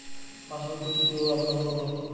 পাসবই খুলতে কি ভাবে আবেদন করব?